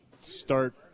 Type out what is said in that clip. start